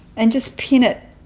and just pin it